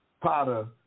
Potter